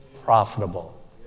profitable